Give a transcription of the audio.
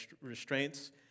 restraints